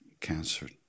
cancer